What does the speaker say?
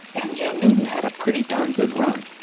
and you know newton had a pretty darn good run.